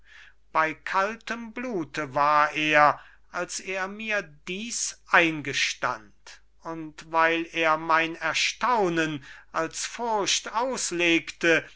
bei kaltem blute war er als er mir dies eingestand und weil er mein erstaunen als furcht auslegte